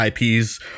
IPs